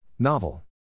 Novel